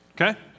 okay